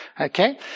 Okay